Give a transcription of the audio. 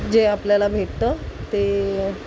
जे आपल्याला भेटतं ते